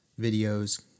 videos